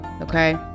okay